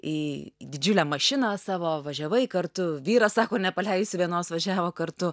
į didžiulę mašiną savo važiavai kartu vyras sako nepaleisiu vienos važiavo kartu